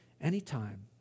anytime